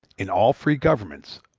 in all free governments,